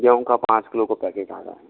गेहूं का पाँच किलो का पैकेट आता है